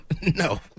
No